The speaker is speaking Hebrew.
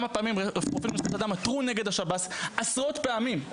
ורופאים לזכויות אדם עתרו נגד השב"ס עשרות פעמים,